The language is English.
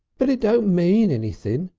but it don't mean anything.